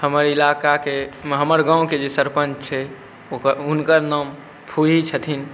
हमर इलाकाके हमर गामके जे सरपञ्च छै ओकर हुनकर नाम फुही छथिन